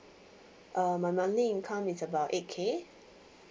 uh my monthly income is about eight K